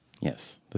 Yes